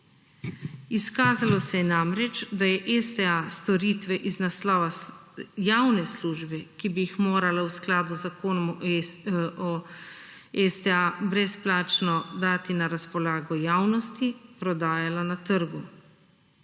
Izkazalo se je namreč, da je STA storitve iz naslova javne službe, ki bi jih moralo v skladu z zakonom o STA brezplačno dati na razpolago javnosti, prodajala na trgu.